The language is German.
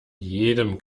jedem